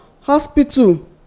hospital